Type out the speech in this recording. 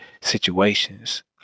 situations